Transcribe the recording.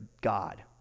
God